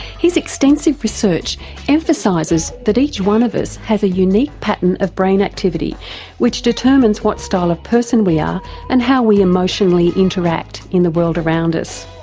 his extensive research emphasises that each one of us has a unique pattern of brain activity which determines what style of person we are and how we emotionally interact in the world around us.